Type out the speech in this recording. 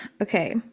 okay